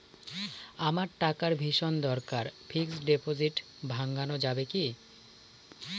আমার টাকার ভীষণ দরকার ফিক্সট ডিপোজিট ভাঙ্গানো যাবে কি?